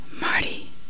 Marty